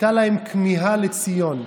הייתה כמיהה לציון.